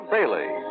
Bailey